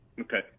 Okay